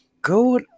go